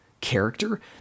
character